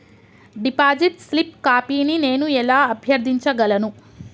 Deposit slip కాపీని నేను ఎలా అభ్యర్థించగలను?